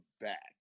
back